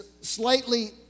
slightly